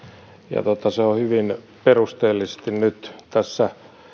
se on hyvin perusteellisesti nyt